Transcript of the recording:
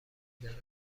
دارد